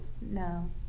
No